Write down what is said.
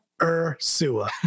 Ursua